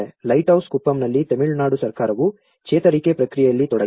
lighthouse ಕುಪ್ಪಂನಲ್ಲಿ ತಮಿಳುನಾಡು ಸರ್ಕಾರವು ಚೇತರಿಕೆ ಪ್ರಕ್ರಿಯೆಯಲ್ಲಿ ತೊಡಗಿದೆ